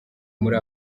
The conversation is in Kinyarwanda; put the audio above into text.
muri